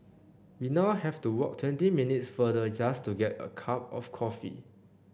we now have to walk twenty minutes farther just to get a cup of coffee